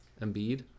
Embiid